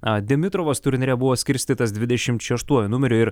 demitrovas turnyre buvo skirstytas dvidešimt šeštuoju numeriu ir